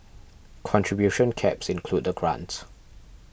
contribution caps include the grants